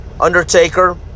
Undertaker